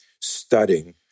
studying